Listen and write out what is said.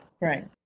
Right